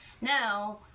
now